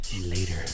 Later